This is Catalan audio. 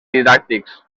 didàctics